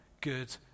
good